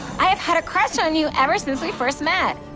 i have had a crush on you ever since we first met.